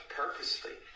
purposely